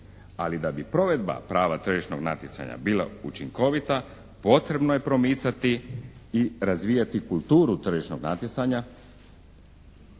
ali da bi provedba prava tržišnog natjecanja bila učinkovita potrebno je promicati i razvijati kulturu tržišnog natjecanja.